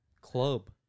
Club